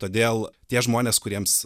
todėl tie žmonės kuriems